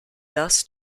das